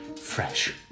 Fresh